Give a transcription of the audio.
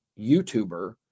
YouTuber